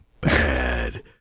bad